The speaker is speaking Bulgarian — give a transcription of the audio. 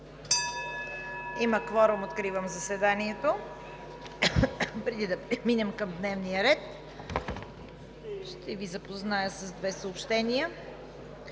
Има кворум. (Звъни.) Откривам заседанието. Преди да преминем към дневния ред ще Ви запозная с две съобщения: